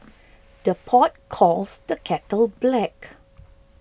the pot calls the kettle black